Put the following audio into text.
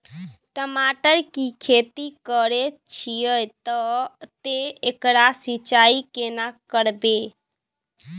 टमाटर की खेती करे छिये ते एकरा सिंचाई केना करबै?